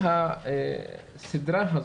ההסדרה הזאת,